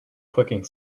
clicking